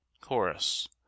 Chorus